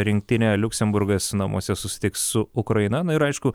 rinktinę liuksemburgas namuose susitiks su ukraina na ir aišku